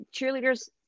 cheerleaders